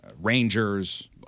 Rangers